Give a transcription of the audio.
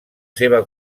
seva